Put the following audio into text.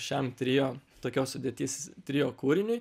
šiam trio tokios sudėties trio kūriniui